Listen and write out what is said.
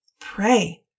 Pray